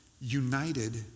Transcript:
united